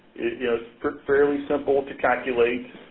it's fairly simple to calculate.